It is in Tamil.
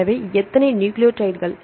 எனவே எத்தனை நியூக்ளியோடைடுகள்